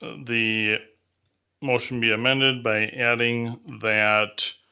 the motion be amended by adding that